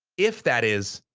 if that is,